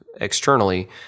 externally